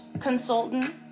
consultant